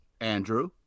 Andrew